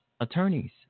attorneys